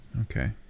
okay